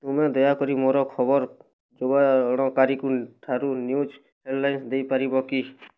ତୁମେ ଦୟାକରି ମୋର ଖବର ଯୋଗାଣକାରୀକୁ ଠାରୁ ନ୍ୟୁଜ୍ ହେଡ଼ଲାଇନ୍ସ ଦେଇ ପାରିବ କି